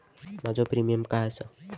माझो प्रीमियम काय आसा?